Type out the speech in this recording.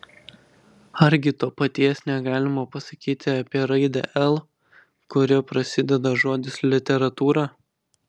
argi to paties negalima pasakyti apie raidę l kuria prasideda žodis literatūra